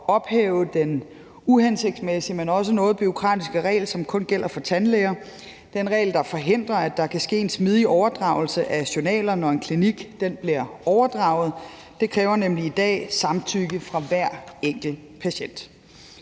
at ophæve en uhensigtsmæssig og også noget bureaukratisk regel, som kun gælder for tandlæger. Det er en regel, der forhindrer, at der kan ske en smidig overdragelse af journaler, når en klinik bliver overdraget. Det kræver nemlig i dag samtykke fra hver enkelt patient.